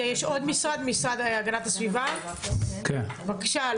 המשרד להגנת הסביבה, בבקשה.